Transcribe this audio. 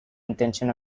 intention